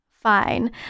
fine